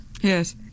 yes